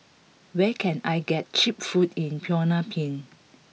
where can I get cheap food in Phnom Penh